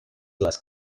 las